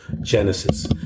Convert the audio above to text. Genesis